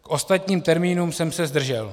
K ostatním termínům jsem se zdržel.